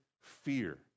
fear